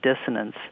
dissonance